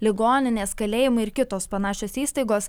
ligoninės kalėjimai ir kitos panašios įstaigos